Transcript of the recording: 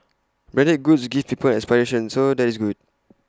branded goods give people an aspiration so that is good